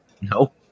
No